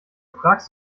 fragst